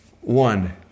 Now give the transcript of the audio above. One